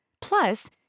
Plus